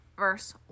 verse